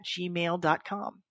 gmail.com